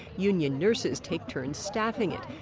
union nurses take turns staffing it.